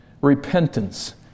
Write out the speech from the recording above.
Repentance